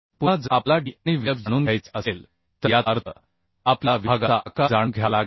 पुन्हा जर आपल्याला d आणि Vf जाणून घ्यायचे असेल तर याचा अर्थ आपल्याला विभागाचा आकार जाणून घ्यावा लागेल